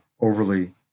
overly